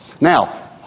Now